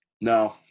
No